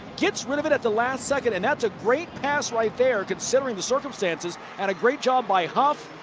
gets rid of it at the last second. and that's a great pass right there. considering the circumstances. that and a great job by huff.